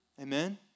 Amen